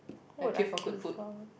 would I queue for